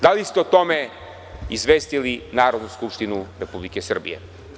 Da li ste o tome izvestili Narodnu skupštinu Republike Srbije?